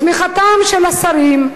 בתמיכתם של השרים,